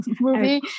movie